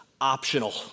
optional